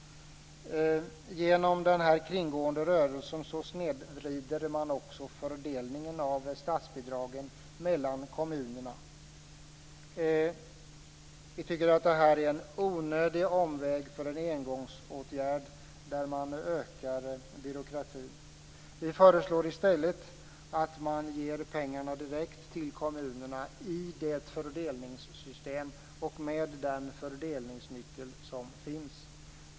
Genom denna kringgående rörelse snedvrider man också fördelningen av statsbidragen mellan kommunerna. Vi tycker att detta är en onödig omväg för en engångsåtgärd som ökar byråkratin. Vi föreslår i stället att man skall ge pengarna direkt till kommunerna i det fördelningssystem och med den fördelningsnyckel som finns.